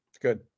Good